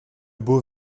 beaux